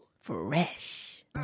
Fresh